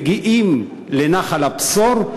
מגיעים לנחל-הבשור,